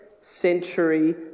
century